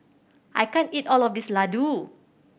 I can't eat all of this Ladoo